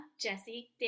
Jessie